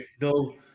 no